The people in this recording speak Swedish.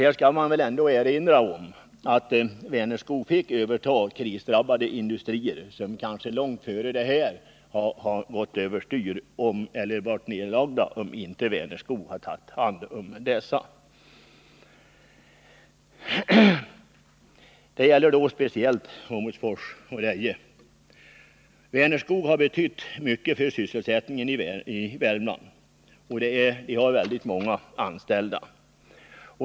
Här måste jag erinra om att Vänerskog fick överta krisdrabbade industrier. Dessa industrier skulle ha varit nedlagda om inte Vänerskog hade tagit över dem. Det gäller speciellt Åmotfors och Deje. Vänerskog har betytt mycket för sysselsättningen i Värmland. Företaget har ett stort antal anställda.